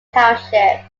township